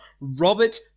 Robert